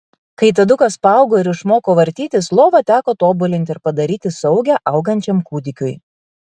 kai tadukas paaugo ir išmoko vartytis lovą teko tobulinti ir padaryti saugią augančiam kūdikiui